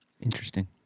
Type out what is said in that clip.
Interesting